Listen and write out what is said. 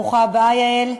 ברוכה הבאה, יעל.